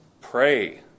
Pray